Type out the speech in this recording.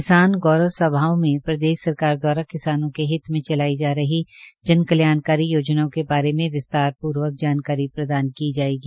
किसान गौरव सभाओं में प्रदेश सरकार द्वारा किसानों के हित में चलाई जा रही जनकल्याणकारी योजनाओंके बारे में विस्तारपूर्वक जानकारी प्रदान की जायेगी